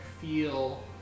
feel